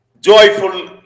joyful